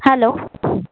hello